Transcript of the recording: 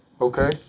Okay